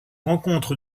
rencontre